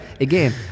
again